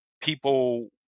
people